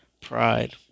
pride